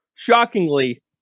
Shockingly